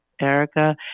Erica